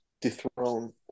dethrone